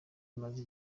imaze